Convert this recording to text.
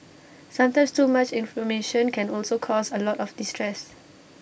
sometimes too much information can also cause A lot of distress